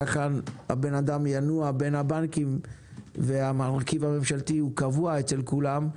כך האדם ינוע בין הבנקים והמרכיב הממשלתי הוא קבוע אצל כולם,